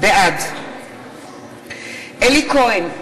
בעד אלי כהן,